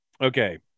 Okay